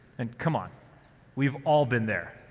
and come on we've all been there.